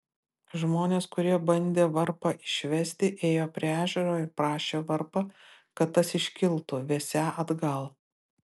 žmonės kurie bandė varpą išvesti ėjo prie ežero ir prašė varpą kad tas iškiltų vesią atgal